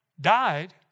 died